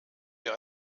wir